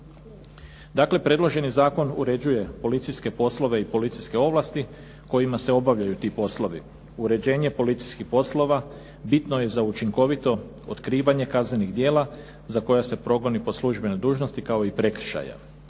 Dakle, predloženi zakon uređuje policijske poslove i policijske ovlasti kojima se obavljaju ti poslovi. Uređenje policijskih poslova bitno je za učinkovito otkrivanje kaznenih djela za koja se progoni po službenoj dužnosti kao i prekršaja.